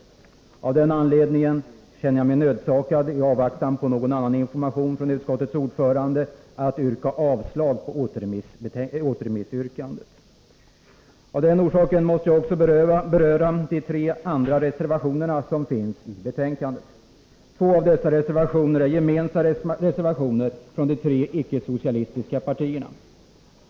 Av den anledningen känner jag mig nödsakad, i avvaktan på någon annan information från utskottets ordförande, att yrka avslag på återremissyrkandet. Av den orsaken måste jag också beröra två av de reservationer som fogats till betänkandet, nämligen de reservationer som är gemensamma för de tre icke-socialistiska partierna.